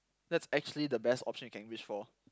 that's actually the best option you can wish for